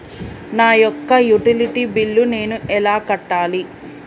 నా యొక్క utility bill నేను ఎలా కట్టాలి?